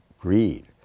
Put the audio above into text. greed